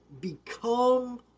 become